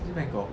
is it bangkok